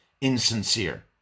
insincere